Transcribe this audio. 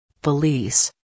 Police